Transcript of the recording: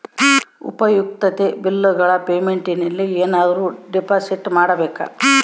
ಉಪಯುಕ್ತತೆ ಬಿಲ್ಲುಗಳ ಪೇಮೆಂಟ್ ನಲ್ಲಿ ಏನಾದರೂ ಡಿಪಾಸಿಟ್ ಮಾಡಬೇಕಾ?